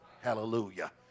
Hallelujah